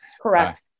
Correct